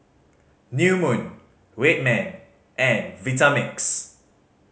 New Moon Red Man and Vitamix